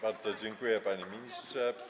Bardzo dziękuję, panie ministrze.